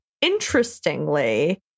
interestingly